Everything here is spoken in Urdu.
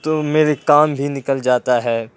تو میرے کام بھی نکل جاتا ہے